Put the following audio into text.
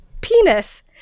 penis